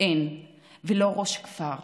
אין ולא ראש כפר?